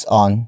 on